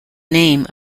name